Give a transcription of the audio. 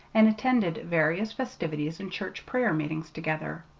and attended various festivities and church prayer-meetings together.